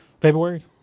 February